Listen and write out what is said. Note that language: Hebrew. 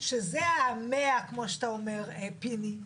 שזה המאה כמו שאתה אומר, פיני,